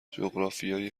جغرافیای